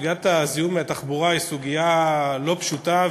סוגיית הזיהום מהתחבורה היא סוגיה לא פשוטה,